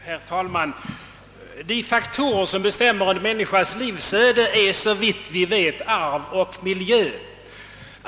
Herr talman! Såvitt vi vet är de faktorer som bestämmer en människas livsöde arv och miljö.